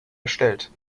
erstellt